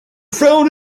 found